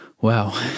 Wow